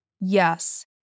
Yes